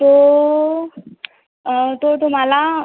तो अ तो तुम्हाला